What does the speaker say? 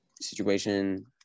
situation